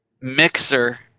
mixer